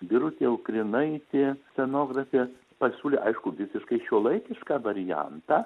birutė ukrinaitė scenografė pasiūlė aišku visiškai šiuolaikišką variantą